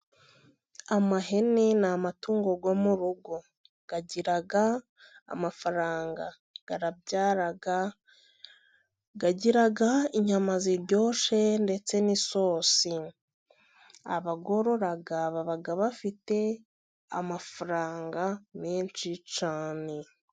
Amahene ni amatungu yo mu rugo. Agira amafaranga, arabyara, agira inyama ziryoshe, ndetse n'isosi abayorora, baba bafite amafaranga menshi cyane.